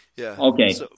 Okay